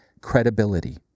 credibility